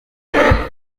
ntumwa